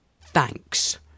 thanks